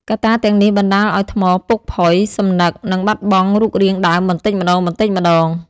កត្តាទាំងនេះបណ្ដាលឱ្យថ្មពុកផុយ សំណឹក និងបាត់បង់រូបរាងដើមបន្តិចម្ដងៗ។